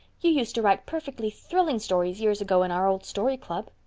you used to write perfectly thrilling stories years ago in our old story club.